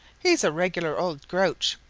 he's a regular old grouch.